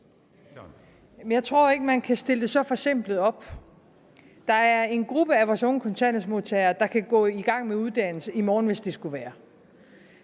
jeg tror ikke, at man kan stille det så forsimplet op. Der er en gruppe af vores unge kontanthjælpsmodtagere, der kan gå i gang med uddannelse i morgen, hvis det skulle være,